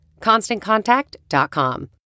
ConstantContact.com